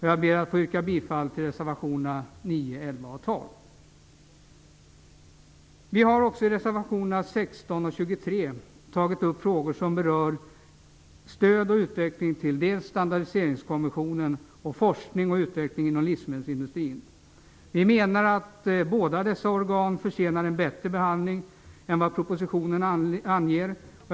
Jag ber att få yrka bifall till reservationerna nr 9, 11 Vi har i reservationerna nr 16 och 23 tagit upp frågor som berör stöd till Vi menar att båda dessa ändamål förtjänar en bättre behandling än vad som anges i propositionen.